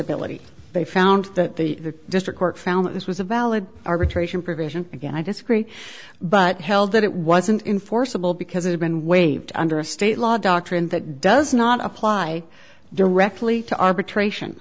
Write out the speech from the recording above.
ability they found that the district court found that this was a valid arbitration provision again i disagree but held that it wasn't in forcible because it had been waived under a state law doctrine that does not apply directly to arbitration